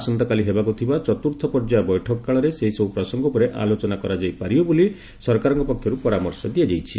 ଆସନ୍ତାକାଲି ହେବାକୁ ଥିବା ଚତୁର୍ଥ ପର୍ଯ୍ୟାୟ ବୈଠକ କାଳରେ ସେହିସବୁ ପ୍ରସଙ୍ଗ ଉପରେ ଆଲୋଚନା କରାଯାଇପାରିବ ବୋଲି ସରକାରଙ୍କ ପକ୍ଷରୁ ପରାମର୍ଶ ଦିଆଯାଇଛି